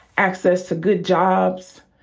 access to good jobs,